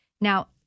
Now